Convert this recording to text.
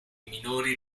minori